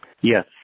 Yes